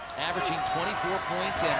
averaging twenty four points